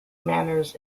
manners